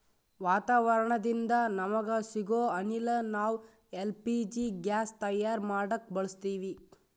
ವಾತಾವರಣದಿಂದ ನಮಗ ಸಿಗೊ ಅನಿಲ ನಾವ್ ಎಲ್ ಪಿ ಜಿ ಗ್ಯಾಸ್ ತಯಾರ್ ಮಾಡಕ್ ಬಳಸತ್ತೀವಿ